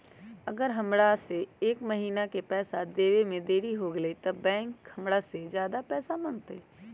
अगर हमरा से एक महीना के पैसा देवे में देरी होगलइ तब बैंक हमरा से ज्यादा पैसा मंगतइ?